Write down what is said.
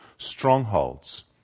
strongholds